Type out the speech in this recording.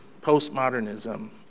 postmodernism